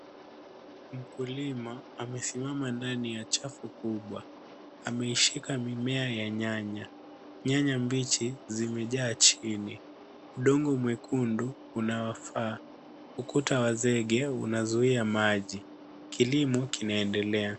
Mkulima amesimama ndani ya chafu kubwa. Ameishika mimea ya nyanya. Nyanya mbichi zimejaa chini .Udongo mwekundu unawafaa .Ukuta wa zege unazuia maji. Kilimo kinaendelea.